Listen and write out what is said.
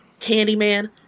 Candyman